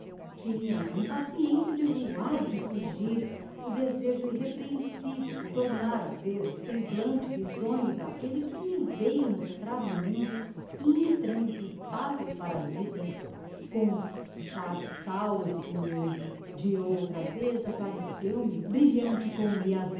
tinha uma impaciencia de voar de fugir o desejo irrepresivel de tornar a vêr o semblante risonho d'aquelle que me veiu mostrar o mundo intransitavel para a vida como sarçal espinhoso de outra vez appareceu me brilhante como